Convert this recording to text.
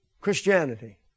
Christianity